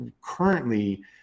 currently